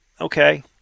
okay